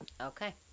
Okay